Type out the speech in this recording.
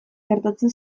gertatzen